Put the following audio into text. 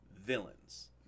villains